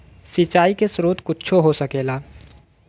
सिंचाइ के स्रोत कुच्छो हो सकेला